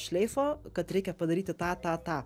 šleifo kad reikia padaryti tą tą tą